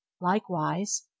likewise